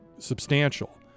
substantial